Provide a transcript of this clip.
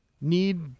Need